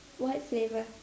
what flavour